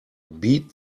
beat